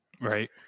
right